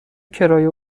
کرایه